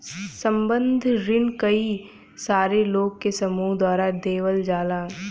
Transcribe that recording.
संबंद्ध रिन कई सारे लोग के समूह द्वारा देवल जाला